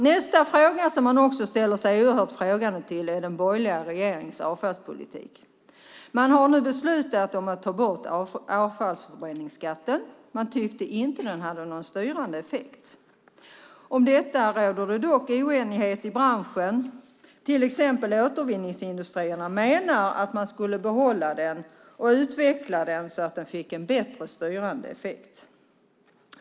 Nästa fråga som jag också ställer mig oerhört frågande till är den borgerliga regeringens avfallspolitik. Man har nu beslutat att ta bort avfallsförbränningsskatten. Man tyckte inte att den hade någon styrande effekt. Om detta råder det dock oenighet i branschen. Återvinningsindustrierna menar till exempel att man skulle behålla skatten och utveckla den så att den fick en bättre styrande effekt.